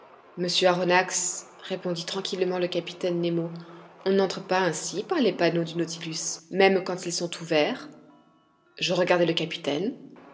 monsieur aronnax répondit tranquillement le capitaine nemo on n'entre pas ainsi par les panneaux du nautilus même quand ils sont ouverts je regardai le capitaine